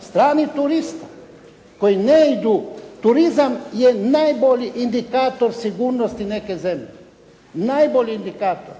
stranih turista koji ne idu. Turizam je najbolji indikator sigurnosti neke zemlje, najbolji indikator.